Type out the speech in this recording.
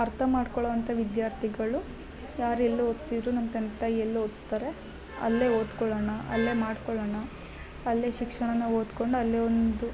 ಅರ್ಥ ಮಾಡ್ಕೊಳೋ ಅಂತ ವಿದ್ಯಾರ್ಥಿಗಳು ಯಾರು ಎಲ್ಲಿ ಓದ್ಸಿರು ನಮ್ಮ ತಂದೆ ತಾಯಿ ಎಲ್ಲಿ ಓದ್ಸ್ತರೆ ಅಲ್ಲೇ ಓದ್ಕೊಳ್ಳೋಣ ಅಲ್ಲೇ ಮಾಡ್ಕೊಳ್ಳೋಣ ಅಲ್ಲೇ ಶಿಕ್ಷಣನ ಓದ್ಕೊಂಡು ಅಲ್ಲೇ ಒಂದು